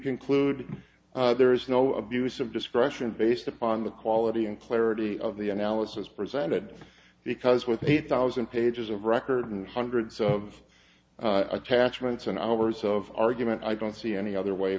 conclude there is no abuse of discretion based upon the quality and clarity of the analysis presented because with a thousand pages of record and hundreds of attachments and hours of argument i don't see any other way